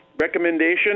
recommendation